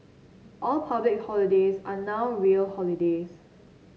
all public holidays are now real holidays